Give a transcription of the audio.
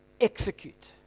execute